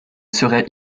serai